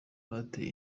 rwateye